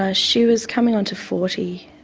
ah she was coming on to forty.